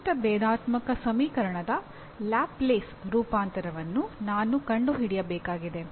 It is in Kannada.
ನಿರ್ದಿಷ್ಟ ಭೇದಾತ್ಮಕ ಸಮೀಕರಣದ ಲ್ಯಾಪ್ಲೇಸ್ ರೂಪಾಂತರವನ್ನು ನಾನು ಕಂಡುಹಿಡಿಯಬೇಕಾಗಿದೆ